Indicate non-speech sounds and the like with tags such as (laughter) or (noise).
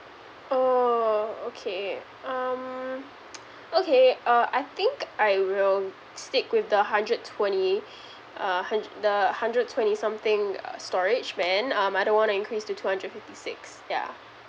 oh okay um (noise) okay uh I think I will stick with the hundred twenty (breath) uh hund~ the hundred twenty something uh storage band um I don't want to increase to two hundred fifty six yeah